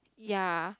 ya